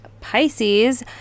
pisces